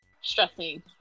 stressing